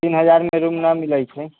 तीन हजारमे रूम न मिलय छै